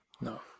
no